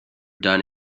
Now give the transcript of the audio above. done